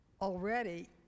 already